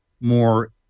more